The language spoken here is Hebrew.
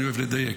ואני אוהב לדייק.